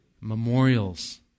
Memorials